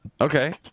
Okay